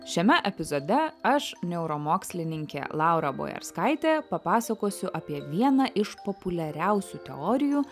šiame epizode aš neuromokslininkė laura boerskaitė papasakosiu apie vieną iš populiariausių teorijų